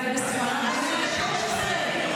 אולי בספרד במאה ה-16?